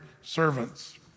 servants